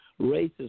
racist